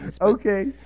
Okay